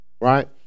right